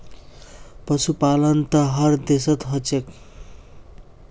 पशुपालन त हर देशत ह छेक